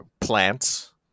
plants